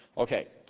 okay.